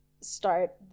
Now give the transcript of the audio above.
start